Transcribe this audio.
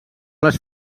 les